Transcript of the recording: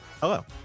hello